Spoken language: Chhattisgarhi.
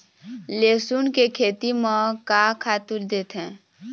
लेसुन के खेती म का खातू देथे?